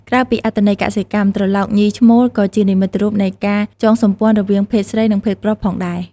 ក្រៅពីអត្ថន័យកសិកម្ម ត្រឡោកញីឈ្មោល ក៏ជានិមិត្តរូបនៃការចងសម្ព័ន្ធរវាងភេទស្រី និងភេទប្រុសផងដែរ។